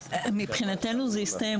מבחינתנו זה הסתיים.